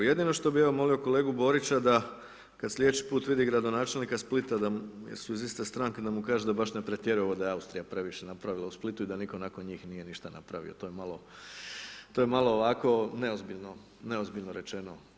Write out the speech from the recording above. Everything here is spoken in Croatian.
Jedino što bi ja molio kolegu Borića da kad slijedeći put vidi gradonačelnika Splita jer su iz iste stranke, da mu kaže da baš ne pretjera ovo da je Austrija previše napravila u Splitu i da nitko nakon njih nije ništa napravio, to je malo ovako neozbiljno rečeno.